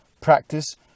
practice